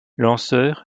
lancer